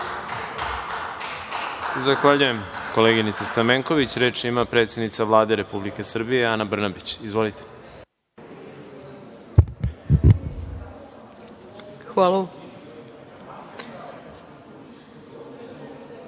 Zahvaljujem koleginice Stamenković. Reč ima predsednica Vlade Republike Srbije, Ana Brnabić. Izvolite. **Ana